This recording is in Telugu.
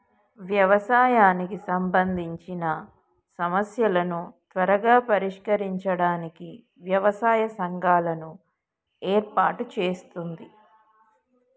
వ్యవసాయానికి సంబందిచిన సమస్యలను త్వరగా పరిష్కరించడానికి వ్యవసాయ సంఘాలను ఏర్పాటు చేస్తుంది